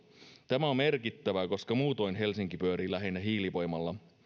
tämä on merkittävää koska muutoin helsinki pyörii lähinnä hiilivoimalla